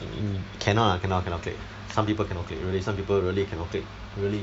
mm cannot ah cannot cannot click some people cannot click really some people really cannot click really